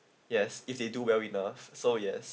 yes if they do well enough so yes